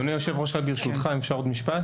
אדוני היו"ר רק ברשותך אם אפשר עוד משפט.